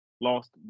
lost